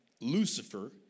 Lucifer